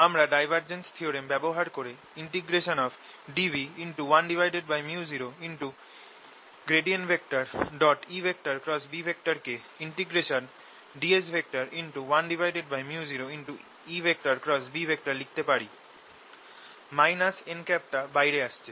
আমরা divergence theorem ব্যবহার করে dv1µ0EB কে ds1µ0EB লিখতে পারি - n টা বাইরে আসছে